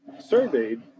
surveyed